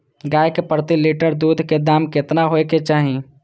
गाय के प्रति लीटर दूध के दाम केतना होय के चाही?